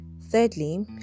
Thirdly